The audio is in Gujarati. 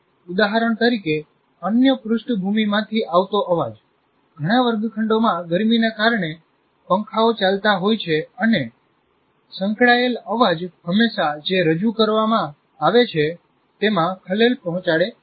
ઉદાહરણ તરીકે અન્ય પૃષ્ઠભૂમિ માંથી આવતો અવાજ ઘણા વર્ગખંડોમાં ગરમી ના કારણે પંખાઓ ચાલતા હોય છે અને સંકળાયેલ અવાજ હંમેશા જે રજૂ કરવામાં આવે છે તેમાં ખલેલ પહોંચાડે છે